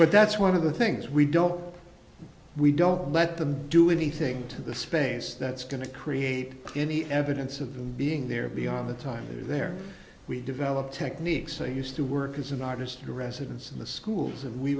but that's one of the things we don't we don't let them do anything to the space that's going to create any evidence of them being there beyond the time they were there we developed techniques i used to work as an artist in residence in the schools and we